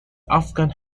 afghan